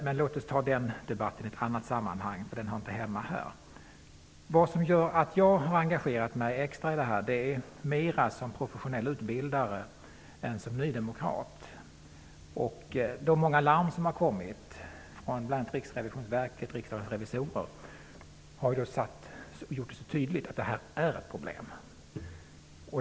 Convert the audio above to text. Men låt oss ta den debatten i ett annat sammanhang, för den hör inte hemma här. Jag har engagerat mig extra i frågan mer som professionell utbildare än som nydemokrat. De många larm som har kommit från bl.a. Riksskatteverket och Riksdagens revisorer har gjort det så tydligt att detta är ett problem.